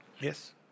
Yes